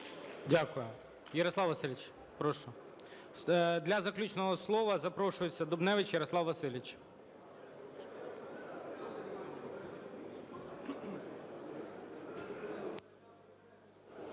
Дякую. Ярослав Васильович, прошу. Для заключного слова запрошується Дубневич Ярослав Васильович.